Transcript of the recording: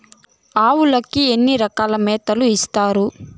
ఆవులకి ఎన్ని రకాల మేతలు ఇస్తారు?